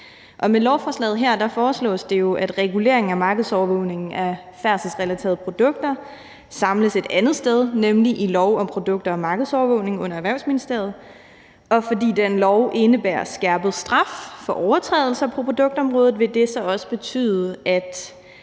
med lovforslaget her foreslås det jo, at reguleringen af markedsovervågningen af færdselsrelaterede produkter samles et andet sted, nemlig i lov om produkter og markedsovervågning under Erhvervsministeriet; og fordi den lov indebærer skærpet straf for overtrædelser på produktområdet, vil det så også betyde, at